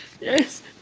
yes